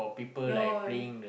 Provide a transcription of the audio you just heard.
no